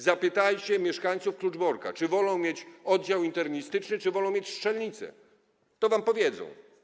Zapytajcie mieszkańców Kluczborka, czy wolą mieć oddział internistyczny czy wolą mieć strzelnicę, to wam powiedzą.